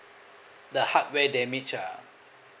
the hardware damage ah